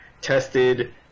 tested